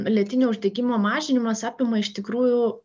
lėtinio uždegimo mažinimas apima iš tikrųjų